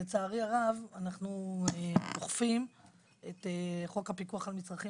לצערי הרב אנחנו אוכפים את חוק הפיקוח על מצרכים